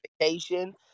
vacation